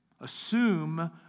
Assume